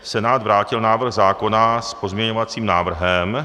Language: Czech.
Senát vrátil návrh zákona s pozměňovacím návrhem.